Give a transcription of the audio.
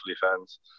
fans